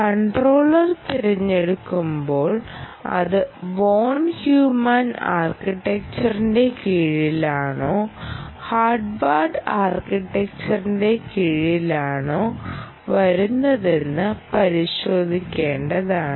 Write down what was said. controller തിരഞ്ഞെടുക്കുമ്പോൾ അത് von Neumann ആർക്കിടെക്ചറിന്റെ കീഴിലാണോ ഹാർവാർഡ് ആർക്കിടെക്ചറിന്റെ കീഴിലാണോ വരുന്നതെന്ന് പരിശോധിക്കേണ്ടതാണ്